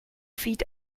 feed